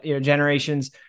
generations